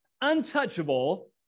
untouchable